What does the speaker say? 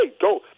go